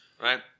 Right